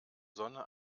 sonne